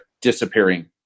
disappearing